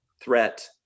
threat